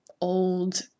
old